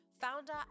founder